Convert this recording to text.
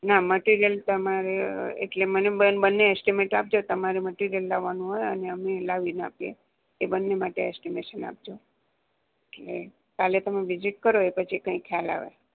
ના મટીરીયલ તમારે એટલે મને બન્ને એસ્ટીમેન્ટ આપજો તમારે મટીરીયલ લાવવાનું હોય અને અમે લાવીને આપીએ એ બન્ને માટે એસ્ટિમેશન આપજો એટલે કાલે તમે વિઝિટ કરો એ પછી કંઈક ખ્યાલ આવે